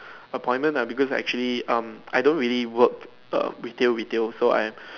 appointment because I actually um I don't really work err retail retail so I'm